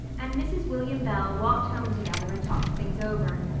and mrs. william bell walked home together and talked things over.